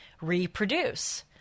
reproduce